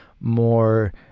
more